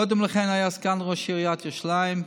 קודם לכן היה סגן ראש עיריית ירושלים,